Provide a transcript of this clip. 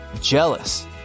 Jealous